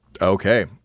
Okay